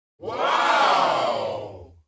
Wow